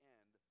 end